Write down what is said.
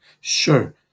Sure